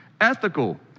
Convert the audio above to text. ethical